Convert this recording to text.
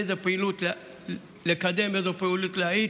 איזו פעילות לקדם ואיזו פעילות להאט.